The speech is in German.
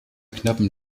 knappen